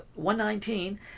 119